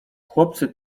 chłopcy